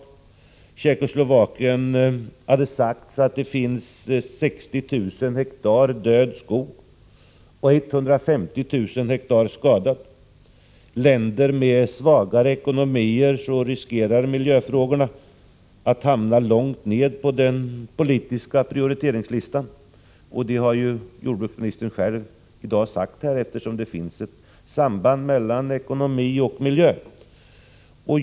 I Tjeckoslovakien finns det, har det sagts, 60 000 ha död skog och 150 000 ha skadad. I länder med svagare ekonomi riskerar miljöfrågorna att hamna långt ner på den politiska prioriteringslistan — det har jordbruksministern själv framhållit här i dag — eftersom det finns ett samband mellan ekonomi och miljö.